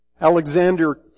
Alexander